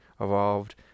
evolved